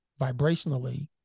vibrationally